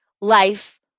life